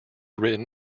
written